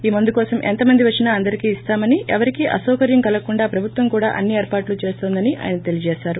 ఈ మందుకోసం ఎంతమంది వచ్చినా అందరికీ ఇస్తామని ఎవరికీ అసౌకర్యం కలగకుండా ప్రభుత్వం కూడా అన్ని ఏర్పాట్లు చేస్తోందని ఆయన తెలియజేశారు